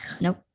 Nope